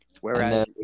Whereas